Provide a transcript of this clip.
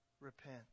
repent